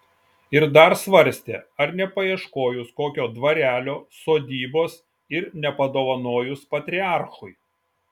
ir dar svarstė ar nepaieškojus kokio dvarelio sodybos ir nepadovanojus patriarchui